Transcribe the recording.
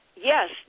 yes